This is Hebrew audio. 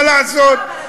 מה לעשות.